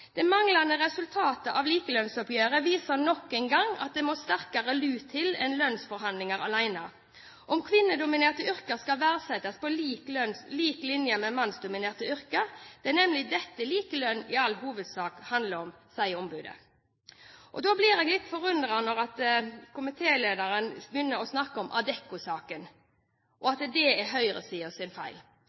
«De manglende resultatene av likelønnsoppgjøret viser nok en gang at det må sterkere lut til enn lønnsforhandlingene alene, om kvinnedominerte yrker skal verdsettes på lik linje med mannsdominerte yrker. Det er nemlig dette likelønn i all hovedsak handler om.» Da blir jeg litt forundret når komitélederen begynner å snakke om Adecco-saken, og at det er høyresidens feil.